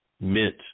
Mint